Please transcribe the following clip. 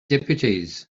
deputies